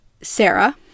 sarah